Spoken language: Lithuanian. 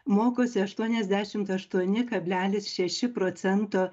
mokosi aštuoniasdešimt aštuoni kablelis šeši procento